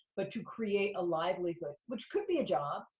but to create a livelihood, which could be a job.